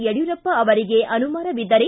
ಯಡ್ಡೂರಪ್ಪ ಅವರಿಗೆ ಅನುಮಾನವಿದ್ದರೆ